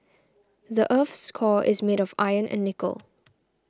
the earth's core is made of iron and nickel